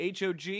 HOG